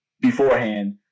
beforehand